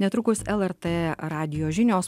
netrukus lrt radijo žinios